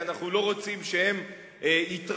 כי אנחנו לא רוצים שהם יתרחבו,